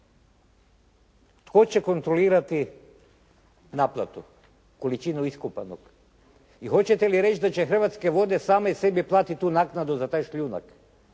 Tko će kontrolirati naplatu količinu iskopanog? I hoćete mi reći da će Hrvatske vode same sebi platiti tu naknadu za taj šljunak?